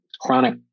chronic